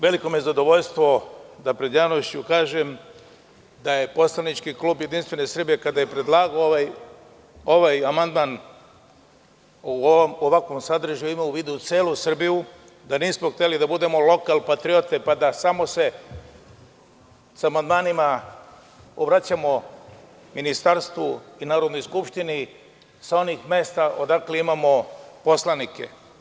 Veliko mi je zadovoljstvo da pred javnošću kažem da je poslanički klub JS kada je predlagao ovaj amandman u ovakvom sadržaju imao u vidu celu Srbiju da nismo hteli da budemo lokal patriote pa da samo se sa amandmanima obraćamo ministarstvu i Narodnoj skupštini sa onih mesta odakle imamo poslanike.